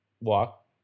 walk